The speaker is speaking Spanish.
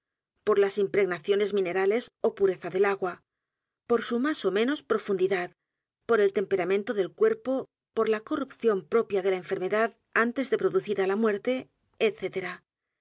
por las impregnaciones minerales ó pureza del a g u a por su más ó menos profundidad por el temperamento del cuerpo por la corrupción propia de la enfermedad antes de producida la